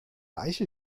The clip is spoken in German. eichel